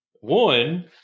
one